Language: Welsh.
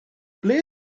ble